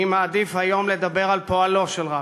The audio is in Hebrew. אני מעדיף היום לדבר על פועלו של רבין,